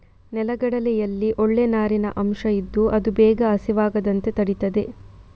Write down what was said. ನೆಲಗಡಲೆಯಲ್ಲಿ ಒಳ್ಳೇ ನಾರಿನ ಅಂಶ ಇದ್ದು ಅದು ಬೇಗ ಹಸಿವಾಗದಂತೆ ತಡೀತದೆ